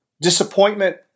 disappointment